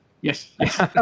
yes